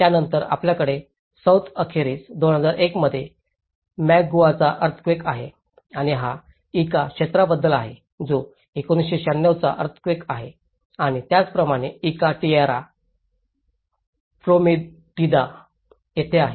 त्यानंतर आपल्याकडे सौथ अखेरीस 2001 मध्ये मॅकगुआचा अर्थक्वेक आहे आणि हा इका क्षेत्राबद्दल आहे जो 1996 च्या अर्थक्वेक आहे आणि त्याचप्रमाणे इका टिएरा प्रोमेटिदा येथे आहे